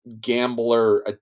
gambler